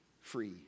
free